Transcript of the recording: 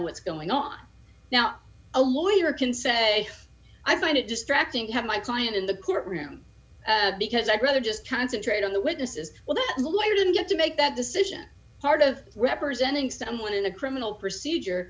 what's going on now a lawyer can say i find it distracting to have my client in the courtroom because i'd rather just concentrate on the witnesses well that the lawyer didn't get to make that decision part of representing someone in a criminal procedure